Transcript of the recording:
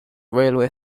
railway